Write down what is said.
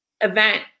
event